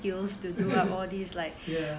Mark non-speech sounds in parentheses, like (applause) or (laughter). (laughs) yeah